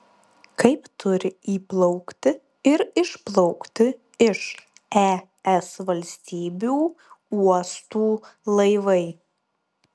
kaip turi įplaukti ir išplaukti iš es valstybių uostų laivai